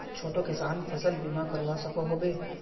छोटो किसान फसल बीमा करवा सकोहो होबे?